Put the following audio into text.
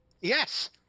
Yes